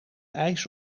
ijs